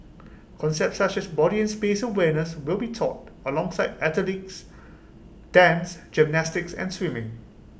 concepts such as body and space awareness will be taught alongside athletics dance gymnastics and swimming